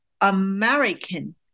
American